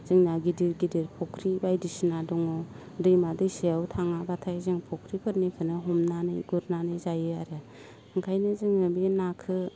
जोंना गिदिर गिदिर फुख्रि बायदिसिना दङ दैमा दैसायाव थाङाब्लाथाय जों फुख्रिफोरनिखौनो हमनानै गुरनानै जायो आरो ओंखायनो जोङो बे नाखो